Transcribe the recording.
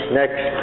next